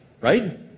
right